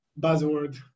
Buzzword